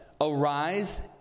Arise